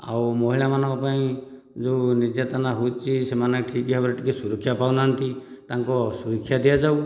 ଆଉ ମହିଳା ମାନଙ୍କ ପାଇଁ ଯେଉଁ ନିର୍ଯାତନା ହେଉଛି ସେମାନେ ଠିକ ଭାବରେ ଟିକେ ସୁରକ୍ଷା ପାଉନାହାନ୍ତି ତାଙ୍କୁ ସୁରକ୍ଷା ଦିଆଯାଉ